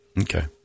Okay